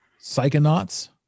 psychonauts